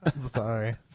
sorry